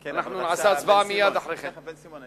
כי אנחנו נצביע מייד אחרי כן.